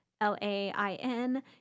L-A-I-N